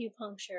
acupuncture